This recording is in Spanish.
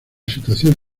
situación